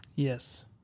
Yes